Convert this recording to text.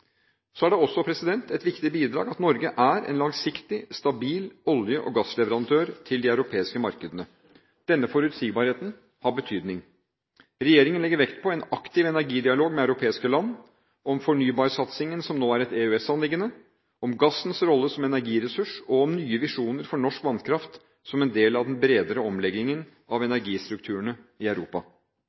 Så er det også et viktig bidrag at Norge er en langsiktig, stabil olje- og gassleverandør til de europeiske markedene. Denne forutsigbarheten har betydning. Regjeringen legger vekt på en aktiv energidialog med europeiske land: om fornybarsatsingen, som nå er et EØS-anliggende, om gassens rolle som energiressurs og om nye visjoner for norsk vannkraft som en del av den bredere omleggingen av energistrukturene i Europa.